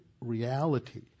reality